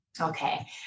okay